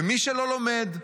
ומי שלא לומד,